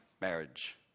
marriage